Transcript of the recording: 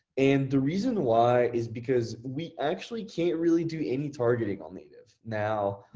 and the reason why, is because we actually can't really do any targeting on native now.